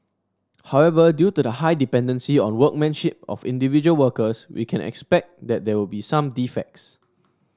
however due to the high dependency on workmanship of individual workers we can expect that there will be some defects